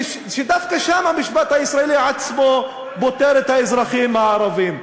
שדווקא שם המשפט הישראלי עצמו פוטר את האזרחים הערבים.